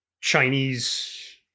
Chinese